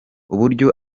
uburyo